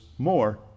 More